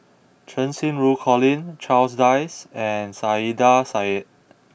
Cheng Xinru Colin Charles Dyce and Saiedah Said